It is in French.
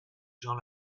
jean